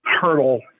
hurdle